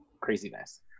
craziness